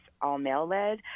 all-male-led